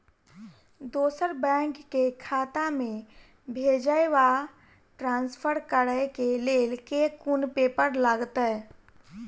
दोसर बैंक केँ खाता मे भेजय वा ट्रान्सफर करै केँ लेल केँ कुन पेपर लागतै?